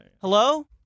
Hello